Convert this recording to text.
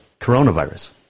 coronavirus